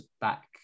back